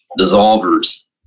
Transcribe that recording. Dissolver's